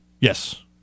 Yes